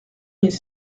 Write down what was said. mille